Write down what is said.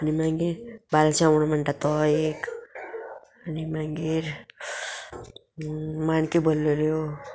आनी मागीर बालचांव म्हणू म्हणटा तो एक आणी मागीर माणक्यो भरलेल्यो